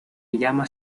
llama